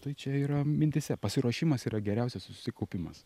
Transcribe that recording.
tai čia yra mintyse pasiruošimas yra geriausias susikaupimas